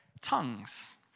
tongues